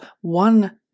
one